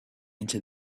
into